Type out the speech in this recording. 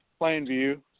Plainview